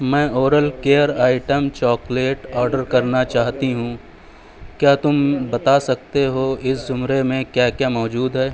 میں oral care item chocolate order کرنا چاہتی ہوں کیا تم بتا سکتے ہو اس زمرے میں کیا کیا موجود ہے